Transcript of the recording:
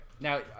Now